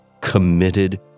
committed